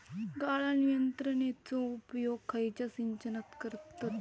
गाळण यंत्रनेचो उपयोग खयच्या सिंचनात करतत?